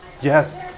Yes